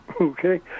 Okay